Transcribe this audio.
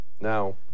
Now